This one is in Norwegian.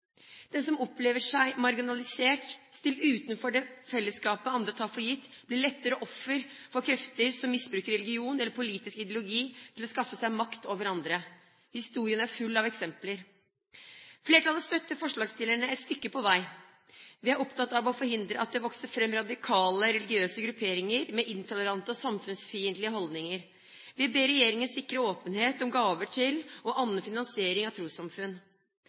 Den som opplever seg marginalisert, stilt utenfor det fellesskapet andre tar for gitt, blir lettere offer for krefter som misbruker religion eller politisk ideologi til å skaffe seg makt over andre. Historien er full av eksempler. Flertallet støtter forslagsstillerne et stykke på vei. Vi er opptatt av å forhindre at det vokser fram radikale religiøse grupperinger med intolerante og samfunnsfiendtlige holdninger. Vi ber regjeringen sikre åpenhet om gaver til og annen finansiering av trossamfunn.